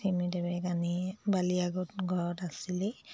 cement এবেগ আনি বালি আগত ঘৰত আছিলেই